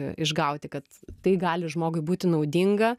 išgauti kad tai gali žmogui būti naudinga